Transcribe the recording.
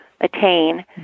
attain